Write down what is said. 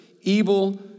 evil